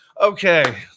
Okay